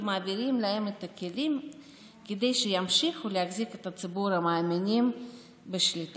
ומעבירים להם את הכלים כדי שימשיכו להחזיק את ציבור המאמינים בשליטה.